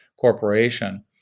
corporation